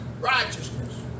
righteousness